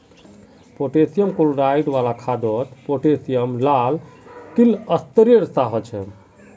potassium chloride वाला खादोत potassium लाल क्लिस्तेरेर सा होछे